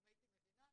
אם הייתי מבינה,